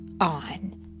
on